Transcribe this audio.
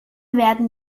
werden